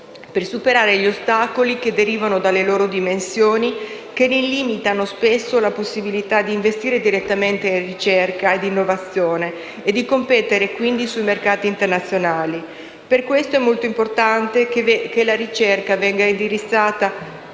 per superare gli ostacoli che derivano dalle loro dimensioni che ne limitano la possibilità di investire direttamente in ricerca e innovazione e di competere sui mercati internazionali. Per questo è molto importante che la ricerca venga indirizzata